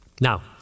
Now